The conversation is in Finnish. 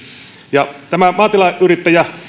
ja tämä maatilayrittäjä